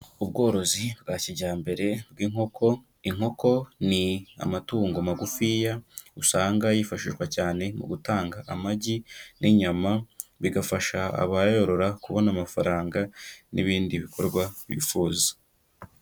Ubworozi bwa kijyambere bw'inkoko, inkoko ni amatungo magufiya usanga yifashishwa cyane mu gutanga amagi n'inyama, bigafasha abayorora kubona amafaranga n'ibindi bikorwa bifuza.